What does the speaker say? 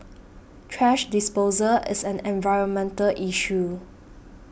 trash disposal is an environmental issue